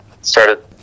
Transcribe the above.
started